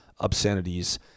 obscenities